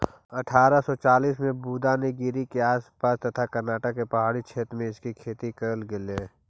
अठारा सौ चालीस में बुदानगिरी के आस पास तथा कर्नाटक के पहाड़ी क्षेत्रों में इसकी खेती करल गेलई